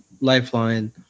Lifeline